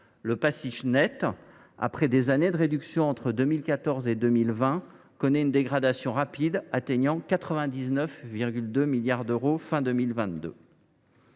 Le passif net, après des années de réduction entre 2014 et 2020, connaît une dégradation rapide, atteignant 99,2 milliards d’euros à la